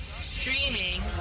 Streaming